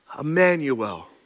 Emmanuel